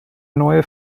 neue